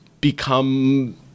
become